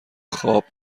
خواب